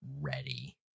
ready